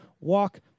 walk